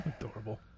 Adorable